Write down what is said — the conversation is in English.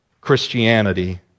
Christianity